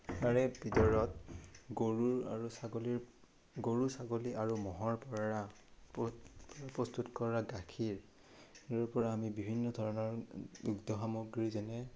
তাৰে ভিতৰত গৰুৰ আৰু ছাগলীৰ গৰু ছাগলী আৰু ম'হৰ পৰা প্ৰস্তুত কৰা গাখীৰৰ পৰা আমি বিভিন্ন ধৰণৰ দুগ্ধ সামগ্ৰী যেনে